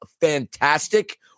fantastic